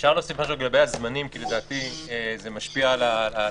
אפשר להוסיף משהו לגבי הזמנים כי לדעתי זה משפיע על ההתייחסויות.